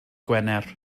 gwener